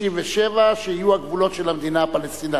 הם מסכימים לגבולות 67' שיהיו הגבולות של המדינה הפלסטינית,